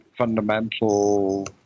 fundamental